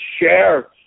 share